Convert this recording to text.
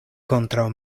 kontraŭ